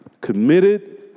committed